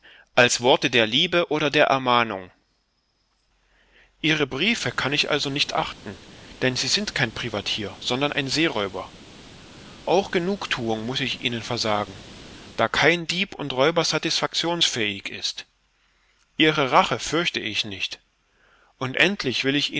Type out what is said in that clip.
als worte der liebe oder der ermahnung ihre briefe kann ich also nicht achten denn sie sind kein privateer sondern ein seeräuber auch genugthuung muß ich ihnen versagen da kein dieb und räuber satisfaktionsfähig ist ihre rache fürchte ich nicht und endlich will ich